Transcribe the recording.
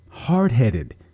hard-headed